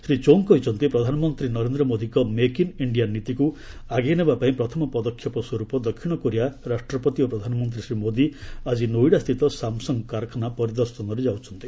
Shri Chong କହିଛନ୍ତି ପ୍ରଧାନମନ୍ତ୍ରୀ ନରେନ୍ଦ୍ର ମୋଦିଙ୍କ ମେକ୍ ଇନ୍ ଇଣ୍ଡିଆ ନୀତିକୁ ଆଗେଇନେବା ପାଇଁ ପ୍ରଥମ ପଦକ୍ଷେପ ସ୍ୱର୍ପ ଦକ୍ଷିଣ କୋରିଆ ରାଷ୍ଟପତି ଓ ପ୍ରଧାନମନ୍ତ୍ରୀ ଶ୍ରୀ ମୋଦି ଆକି ନୋଇଡାସ୍ଥିତ ସାମ୍ସଙ୍ଗ୍ କାରଖାନା ପରିଦର୍ଶନରେ ଯାଉଛନ୍ତି